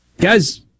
Guys